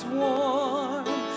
warm